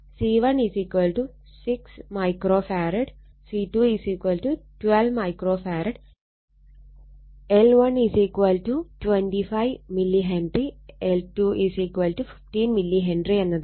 5 Ω C1 6 microfarad C2 12 microfarad L1 25 mH L2 15 mH എന്നതാണ്